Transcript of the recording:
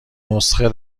نسخه